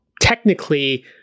technically